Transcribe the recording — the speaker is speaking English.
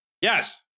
Yes